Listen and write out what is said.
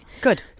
Good